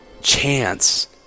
chance